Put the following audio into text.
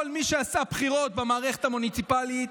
כל מי שעשה בחירות במערכת המוניציפלית,